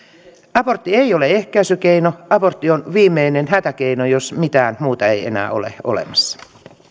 abortti ei ole ehkäisykeino abortti on viimeinen hätäkeino jos mitään muuta ei enää ole olemassa